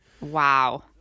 Wow